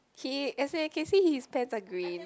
k as in I can see his pants are green